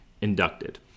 inducted